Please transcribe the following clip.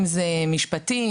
אם זה עניין משפטי,